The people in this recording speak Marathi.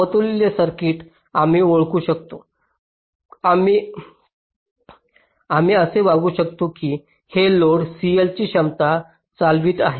समतुल्य सर्किट आम्ही ओळखू शकतो आम्ही असे वागू शकतो की हे लोड CL ची क्षमता चालवित आहे